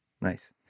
Nice